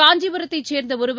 காஞ்சிபுரத்தைச் சேர்ந்த ஒருவர்